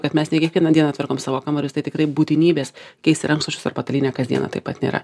kad mes ne kiekvieną dieną tvarkom savo kambarius tai tikrai būtinybės keisti rankšluosčius ar patalynę kasdieną taip pat nėra